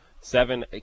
seven